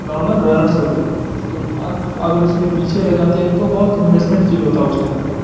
normal runners ہوتے ہیں تو انت اگر اس میں پیچھے رہ جاتے ہیں تو بہت امبیسمنٹ فیل ہوتا اس ٹائم پہ